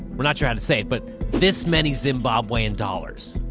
we're not trying to say it, but this many zimbabwean dollars.